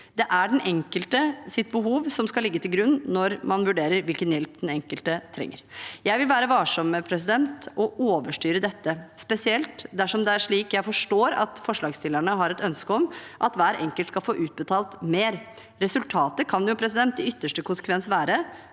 Det er den enkeltes behov som skal ligge til grunn når man vurderer hvilken hjelp den enkelte trenger. Jeg vil være varsom med å overstyre dette, spesielt dersom det er slik jeg forstår at forslagsstillerne har et ønske om, at hver enkelt skal få utbetalt mer. Resultatet kan jo i ytterste konsekvens være